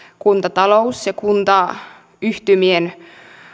kuntatalous ja kuntayhtymien